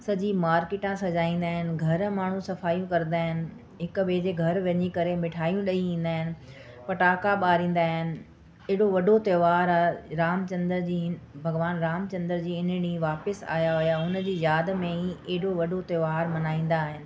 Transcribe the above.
सॼी मार्केटां सजाईंदा आहिनि घर माण्हू सफ़ायूं कंदा आहिनि हिक ॿिए जे घरु वञी करे मिठायूं ॾेई ईंदा आहिनि फटाका ॿारींदा आहिनि एॾो वॾो त्योहारु आहे राम चन्दर जी भॻिवान राम चन्दर जी इन ॾींहुं वापसि आया हुया उन जी याद में ई एॾो वॾो त्योहारु मल्हाईंदा आहिनि